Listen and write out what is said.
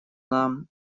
нам